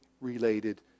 related